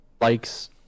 likes